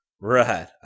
Right